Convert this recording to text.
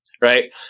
Right